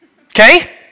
Okay